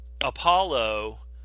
Apollo